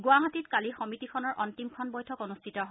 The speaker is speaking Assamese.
গুৱাহাটীত কালি সমিতিখনৰ অন্তিমখন বৈঠক অনুষ্ঠিত হয়